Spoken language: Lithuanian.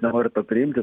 nenori to priimti